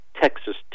Texas